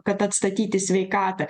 kad atstatyti sveikatą